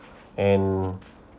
and